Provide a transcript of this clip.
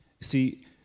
See